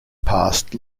past